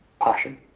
passion